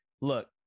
look